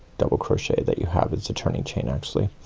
double crochet that you have, it's a turning chain actually.